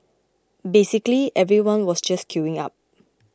basically everyone was just queuing up